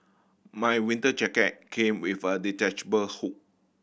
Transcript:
my winter jacket came with a detachable hood